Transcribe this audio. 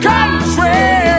Country